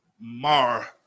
mar